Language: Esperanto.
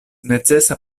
necesa